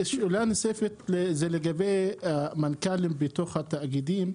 שאלה נוספת זה לגבי המנכ"לים בתוך התאגידים,